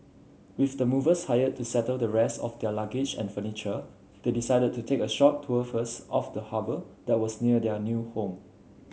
with the movers hired to settle the rest of their luggage and furniture they decided to take a short tour first of the harbour that was near their new home